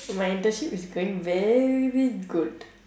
my internship is going very good